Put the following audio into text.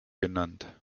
genannt